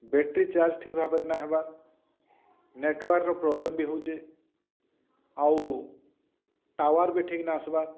battery charge ଠିକ୍ ଭାବରେ ନା ହେବା ନେଟ୍ୱାର୍ର ପ୍ରୋବ୍ଲେମ୍ ବି ହଉଛେ ଆଉ ଟାୱାର୍ ବି ଠିକ୍ ନା ଆସ୍ବାର୍